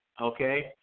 Okay